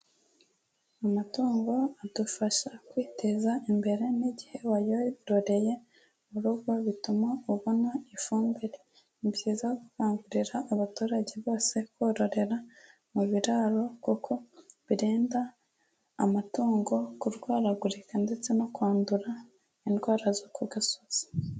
Amatungo adufasha kwiteza imbere n'igihe wayororeye mu rugo bituma ubona ifumbire. Ni byiza gukangurira abaturage bose kororera mu biraro kuko birinda amatungo kurwaragurika ndetse no kwandura indwara zo ku gasozi.